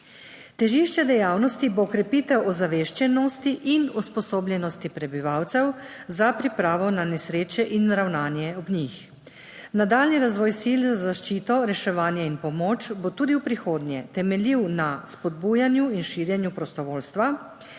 Težišče dejavnosti bo krepitev ozaveščenosti in usposobljenosti prebivalcev za pripravo na nesreče in ravnanje ob njih. Nadaljnji razvoj sil za zaščito, reševanje in pomoč bo tudi v prihodnje temeljil na spodbujanju in širjenju prostovoljstva,